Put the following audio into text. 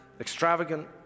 extravagant